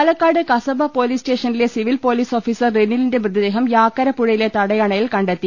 Palakkad Kasaba police സ്റ്റേഷനിലെ സിപ്പിൽ police officer റിനിലിന്റെ മൃതദേഹം യാക്കര പുഴയിലെ തടയണയിൽ കണ്ടെത്തി